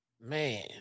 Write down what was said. Man